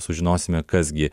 sužinosime kas gi